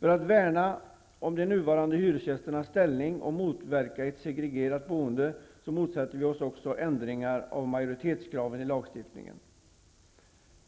För att värna om de nuvarande hyresgästernas ställning och motverka ett segregerat boende motsätter vi oss också ändringar av majoritetskraven i lagsstiftningen.